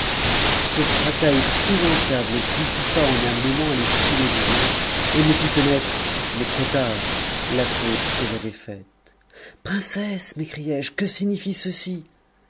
ce fracas épouvantable dissipa en un moment les fumées du vin et me fit connaître mais trop tard la faute que j'avais faite princesse m'écriai-je que signifie ceci